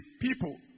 people